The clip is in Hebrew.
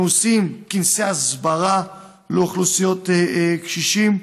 אנחנו עושים כנסי הסברה לקבוצות קשישים,